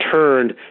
turned